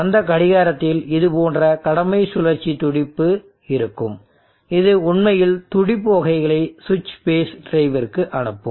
அந்த கடிகாரத்தில் இது போன்ற கடமை சுழற்சி துடிப்பு இருக்கும் இது உண்மையில் துடிப்பு வகைகளை சுவிட்ச் பேஸ் டிரைவிற்கு அனுப்பும்